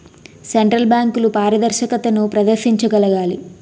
central బ్యాంకులు పారదర్శకతను ప్రదర్శించగలగాలి